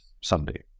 Sunday